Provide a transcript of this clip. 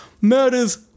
murders